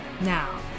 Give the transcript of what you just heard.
Now